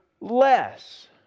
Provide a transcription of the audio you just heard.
less